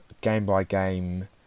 game-by-game